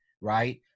right